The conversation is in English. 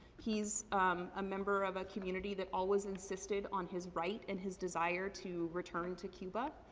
he's a member of a community that always insisted on his right, and his desire, to return to cuba.